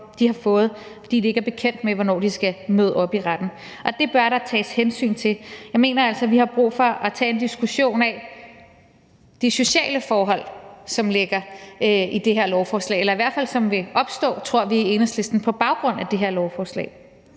de har fået, fordi de ikke er bekendt med, hvornår de skal møde op i retten, og det bør der tages hensyn til. Jeg mener altså, at vi har brug for at tage en diskussion af de sociale forhold, som ligger i det her lovforslag – eller som i hvert fald, tror vi i Enhedslisten, vil opstå på baggrund af det her lovforslag.